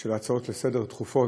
של ההצעות הדחופות לסדר-היום,